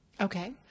Okay